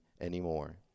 anymore